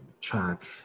track